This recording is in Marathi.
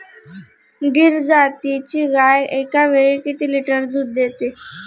गीर जातीची गाय एकावेळी किती लिटर दूध देते?